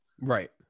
Right